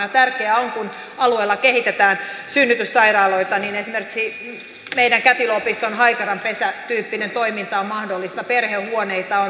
tärkeää on että kun alueella kehitetään synnytyssairaaloita niin esimerkiksi meidän kätilöopiston haikaranpesä tyyppinen toiminta on mahdollista perhehuoneita on